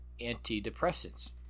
antidepressants